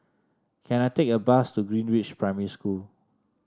can I take a bus to Greenridge Primary School